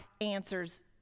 answers